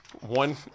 one